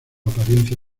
apariencia